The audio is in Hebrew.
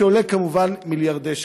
שעולים כמובן מיליארדי שקלים.